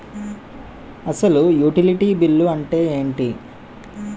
అసలు utility bill అంతే ఎంటి?